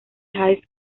high